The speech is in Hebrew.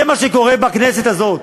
זה מה שקורה בכנסת הזו.